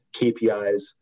KPIs